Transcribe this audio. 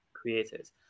creators